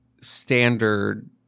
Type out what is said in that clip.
standard